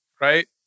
right